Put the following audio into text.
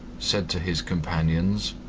said to his companions,